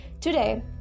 Today